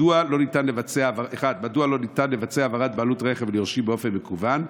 ברצוני לשאול: מדוע לא ניתן לבצע העברת בעלות רכב ליורשים באופן מקוון,